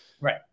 Right